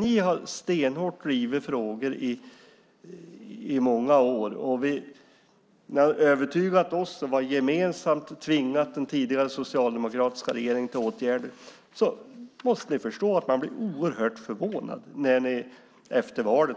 Ni har stenhårt drivit frågor i många år, övertygat oss, och vi har gemensamt tvingat den tidigare socialdemokratiska regeringen till åtgärder. Då måste ni förstå att man blir oerhört förvånad när ni efter valet